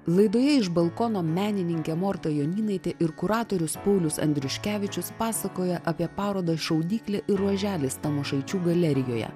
laidoje iš balkono menininkė morta jonynaitė ir kuratorius paulius andriuškevičius pasakoja apie parodą šaudyklė ir ruoželis tamošaičių galerijoje